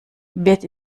wird